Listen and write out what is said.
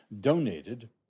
donated